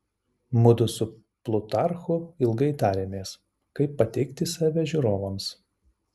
mudu su plutarchu ilgai tarėmės kaip pateikti tave žiūrovams